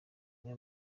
umwe